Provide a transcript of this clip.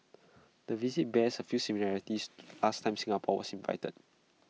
the visit bears A few similarities to ask time Singapore was invited